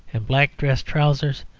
and black dress-trousers,